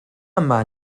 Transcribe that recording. yma